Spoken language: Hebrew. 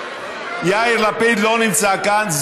יאיר לפיד לא נמצא כאן.